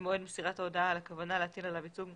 למועד מסירת ההודעה על הכוונה להטיל עליו עיצום כספי,